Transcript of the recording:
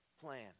plan